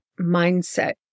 mindset